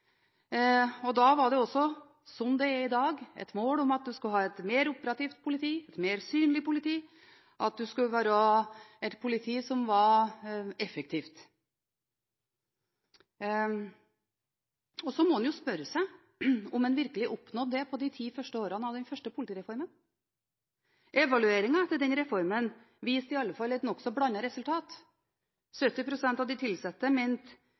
1995. Da var det også, som det er i dag, et mål om at en skulle ha et mer operativt politi, et mer synlig politi, og at det skulle være et effektivt politi. Så må en spørre seg om en virkelig oppnådde det på de ti første årene av den første politireformen? Evalueringen etter den reformen viste i alle fall et nokså blandet resultat. 70 pst. av de ansatte mente